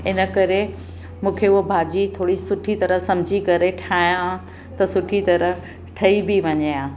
इन करे मूंखे हू भाॼी थोरी सुठी तरह सम्झी करे ठाहियां त सुठी तरह ठही बि वञे आ